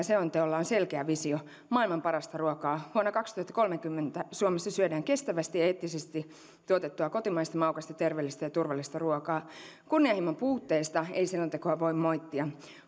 selonteolla on selkeä visio maailman parasta ruokaa vuonna kaksituhattakolmekymmentä suomessa syödään kestävästi ja eettisesti tuotettua kotimaista maukasta terveellistä ja turvallista ruokaa kunnianhimon puutteesta ei selontekoa voi moittia